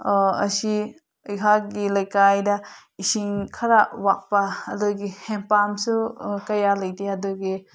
ꯑꯁꯤ ꯑꯩꯍꯥꯛꯀꯤ ꯂꯩꯀꯥꯏꯗ ꯏꯁꯤꯡ ꯈꯔ ꯋꯥꯠꯄ ꯑꯗꯨꯒꯤ ꯍꯦꯟꯄꯝꯁꯨ ꯀꯌꯥ ꯂꯩꯇꯦ ꯑꯗꯨꯒꯤ